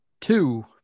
Two